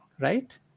right